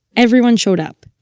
everyone showed up,